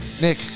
Nick